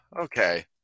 okay